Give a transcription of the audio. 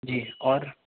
جی اور